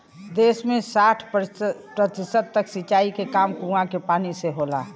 देस में साठ प्रतिशत तक सिंचाई के काम कूंआ के पानी से होला